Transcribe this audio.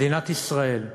מדינת ישראל,